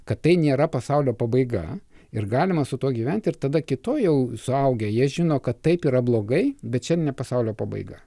kad tai nėra pasaulio pabaiga ir galima su tuo gyventi ir tada kitoj jau suaugę jie žino kad taip yra blogai bet čia ne pasaulio pabaiga